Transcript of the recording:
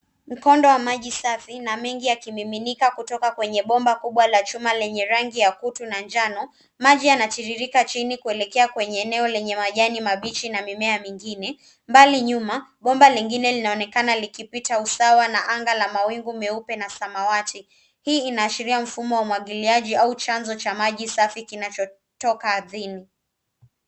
Mkondo wa maji safi na mengi yakimiminika kutoka kwenye bomba kubwa la chuma lenye rangi ya kutu na njano. Maji yanatiririka chini kuelekea kwenye eneo lenye majani mabichi na mimea mingine. Mbali nyuma, bomba lingine linaonekana likipita usawa na anga la mawingu meupe na samawati. Hii inaashiria mfumo wa umwagiliaji au chanzo cha maji safi kinachotoka ardhini.